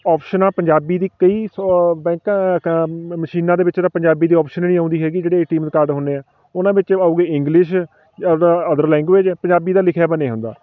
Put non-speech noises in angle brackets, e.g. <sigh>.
ਔਪਸ਼ਨਾਂ ਪੰਜਾਬੀ ਦੀ ਕਈ ਸ ਬੈਂਕਾਂ ਕ ਮ ਮਸ਼ੀਨਾਂ ਦੇ ਵਿੱਚ ਜਿੱਦਾਂ ਪੰਜਾਬੀ ਦੀ ਔਪਸ਼ਨ ਏ ਨਹੀਂ ਆਉਂਦੀ ਹੈਗੀ ਜਿਹੜਾ ਏ ਟੀ ਐਮ ਕਾਰਡ ਹੁੰਦੇ ਆ ਉਹਨਾਂ ਵਿੱਚ ਆਉਗੀ ਇੰਗਲਿਸ਼ <unintelligible> ਅਦਰ ਲੈਂਗੁਏਜ ਪੰਜਾਬੀ ਦਾ ਲਿਖਿਆ ਵਿਆ ਨਹੀਂ ਹੁੰਦਾ